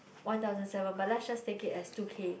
one thousand seven but let's just take it as two K